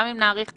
גם אם נאריך מעט,